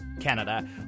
Canada